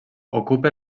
ocupa